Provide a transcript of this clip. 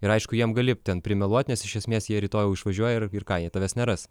ir aišku jiem gali ten primeluot nes iš esmės jie rytoj jau išvažiuoja ir ir ką jie tavęs neras